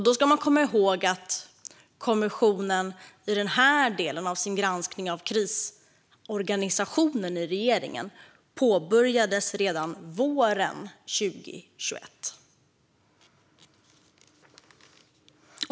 Man ska då komma ihåg att kommissionen i den här delen påbörjade sin granskning av krisorganisationen i regeringen redan under våren 2021.